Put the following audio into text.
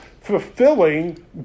fulfilling